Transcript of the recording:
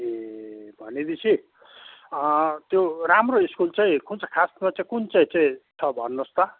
ए भनेपछि त्यो राम्रो स्कुल चाहिँ कुन चाहिँ खासमा चाहिँ कुन चाहिँ चाहिँ छ भन्नुहोस् त